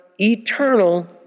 eternal